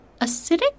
acidic